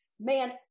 man